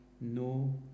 no